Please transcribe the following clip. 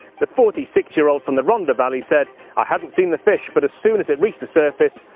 the forty six year old from the rhondda valley says i hadn't seen the fish but as soon as it reached the surface,